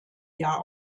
jahr